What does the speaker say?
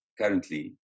currently